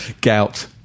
Gout